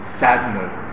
sadness